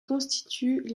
constituent